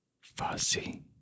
Fuzzy